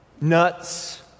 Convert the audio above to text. nuts